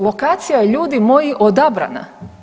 Lokacija je ljudi moji odabrana.